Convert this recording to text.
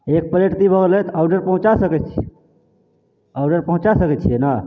एक प्लेट तऽ ई भऽ गेलै ऑडर पहुँचा सकै छिए ऑडर पहुँचा सकै छिए ने